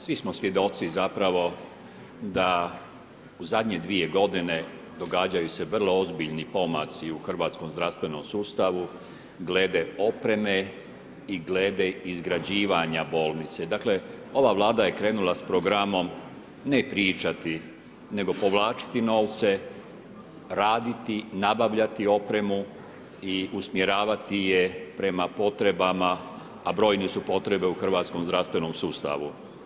Svi smo svjedoci zapravo da u zadnje 2 godine događaju se vrlo ozbiljni pomaci u hrvatskom zdravstvenom sustavu glede opreme i glede izgrađivanja bolnice, dakle ova vlada je krenula s programom ne pričati, nego povlačiti novce, raditi, nabavljati opremu i usmjeravati je prema potrebama, a brojne su potrebe u hrvatskom zdravstvenom sustavu.